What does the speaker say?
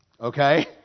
okay